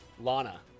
lana